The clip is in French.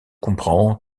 comprend